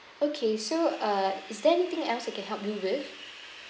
okay so uh is there anything else I can help you with